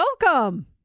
welcome